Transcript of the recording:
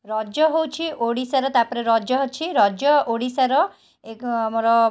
ରଜ ହଉଛି ଓଡ଼ିଶାର ତାପରେ ରଜ ଅଛି ରଜ ଓଡ଼ିଶାର ଏକ ଆମର